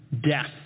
death